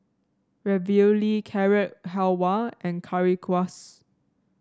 Ravioli Carrot Halwa and Currywurst